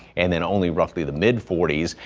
and then only roughly the mid forty s.